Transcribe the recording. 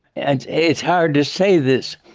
and it's hard to say this,